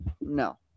No